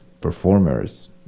performers